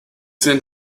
sent